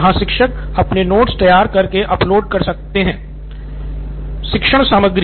जहां शिक्षक अपने नोट्स तैयार कर के अपलोड कर सकता हो नितिन कुरियन शिक्षण सामग्री